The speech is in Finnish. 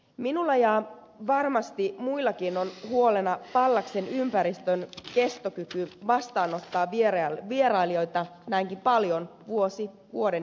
minulla ja varmasti muillakin on huolena pallaksen ympäristön kestokyky vastaanottaa vierailijoita näinkin paljon vuosi vuoden jälkeen